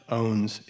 owns